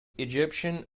egyptian